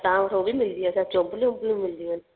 त तव्हां वटि हो बि मिलंदी आहे छा चोंपलियूं वोंपलियूं बि मिलंदी आहिनि